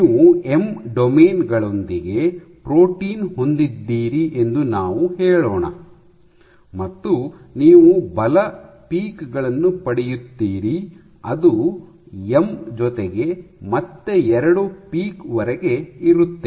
ನೀವು M domain ಗಳೊಂದಿಗೆ protein ಹೊಂದಿದ್ದೀರಿ ಎಂದು ನಾವು ಹೇಳೋಣ ಮತ್ತು ನೀವು ಬಲ ಪೀಕ್ ಗಳನ್ನು ಪಡೆಯುತ್ತೀರಿ ಮತ್ತು ಅದು ಎಂ ಜೊತೆಗೆ ಮತ್ತೆ ಎರಡು ಪೀಕ್ ವರೆಗೆ ಇರುತ್ತೆ